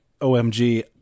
OMG